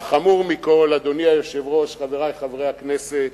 והחמור מכול, אדוני היושב-ראש, חברי חברי הכנסת,